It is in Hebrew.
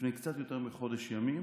לפני קצת יותר מחודש ימים.